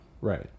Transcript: right